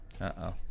Uh-oh